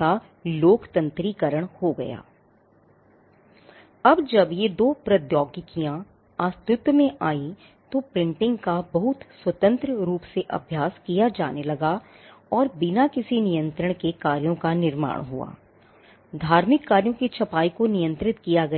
का लोकतंत्रीकरण हो गया